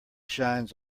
shines